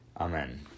Amen